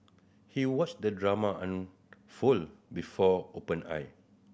he watched the drama unfold before open eye